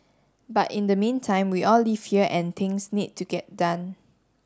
but in the meantime we all live here and things need to get done